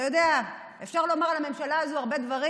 אתה יודע, אפשר לומר על הממשלה הזו הרבה דברים,